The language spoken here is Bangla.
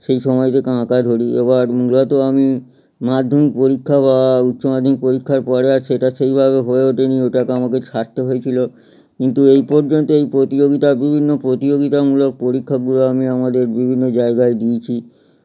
সেই সময় থেকে আঁকা ধরি এবার মূলত আমি মাধ্যমিক পরীক্ষা বা উচ্চমাধ্যমিক পরীক্ষার পরে আর সেটা সেইভাবে হয়ে ওঠে নি ওটাকে আমাকে ছাড়তে হয়েছিলো কিন্তু এই পর্যন্ত এই প্রতিযোগিতায় বিভিন্ন প্রতিযোগিতামূলক পরীক্ষাগুলো আমি আমাদের বিভিন্ন জায়গায় দিয়েছি